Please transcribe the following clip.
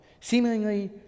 seemingly